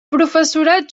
professorat